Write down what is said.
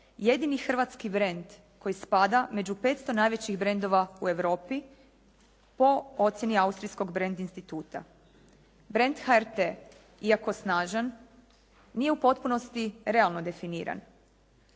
jedini hrvatski brend koji spada među 500 najvećih brendova u Europi po ocjeni austrijskog brend instituta. Brend HRT iako snažan nije u potpunosti realno definiran.